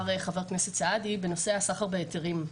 חבר הכנסת סעדי בנושא הסחר בהיתרים.